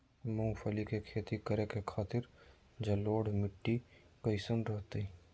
मूंगफली के खेती करें के खातिर जलोढ़ मिट्टी कईसन रहतय?